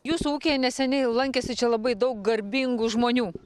jūsų ūkyje neseniai lankėsi čia labai daug garbingų žmonių